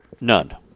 None